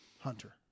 hunter